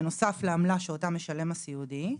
בנוסף לעמלה שאותה משלם הסיעודי,